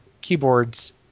keyboards